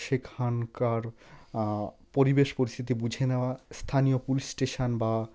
সেখানকার পরিবেশ পরিস্থিতি বুঝে নেওয়া স্থানীয় পুলিশ স্টেশন বা